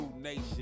nation